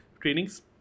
trainings